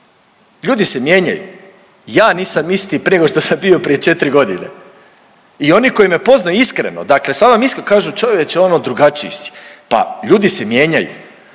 ljudi se mijenjaju. Ja nisam isti prije nego što sam bio prije 4 godine i oni koji me poznaju iskreno, dakle sad vam iskreno, kažu čovječe ono drugačiji si. Pa ljudi se mijenjaju.